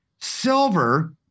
silver